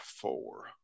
four